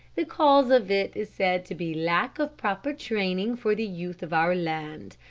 the cause of it is said to be lack of proper training for the youth of our land.